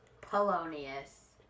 Polonius